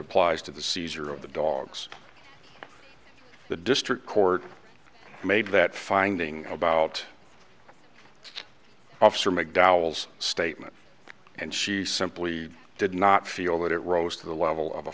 applies to the seizure of the dogs the district court made that finding about officer mcdowell's statement and she simply did not feel that it rose to the level of a